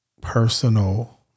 personal